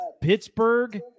Pittsburgh